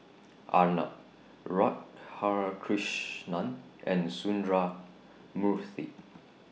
Arnab Radhakrishnan and Sundramoorthy